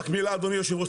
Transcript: רק מילה אדוני היו"ר,